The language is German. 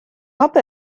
hoppe